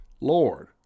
Lord